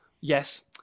yes